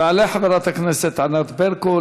תעלה חברת הכנסת ענת ברקו,